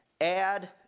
Add